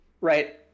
right